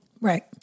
Right